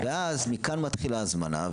ואז מכאן מתחילה ההזמנה,